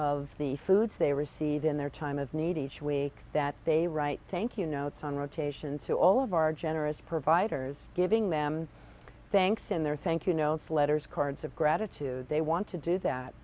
of the foods they received in their time of need each week that they write thank you notes on rotation to all of our generous providers giving them thanks in their thank you notes letters cards of gratitude they want to do that